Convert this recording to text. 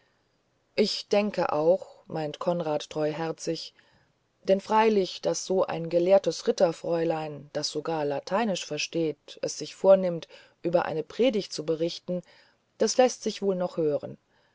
ich auch meint konrad treuherzig denn freilich daß so ein gelehrtes ritterfräulein das sogar lateinisch versteht es sich vornimmt über eine predigt zu berichten das läßt sich wohl noch hören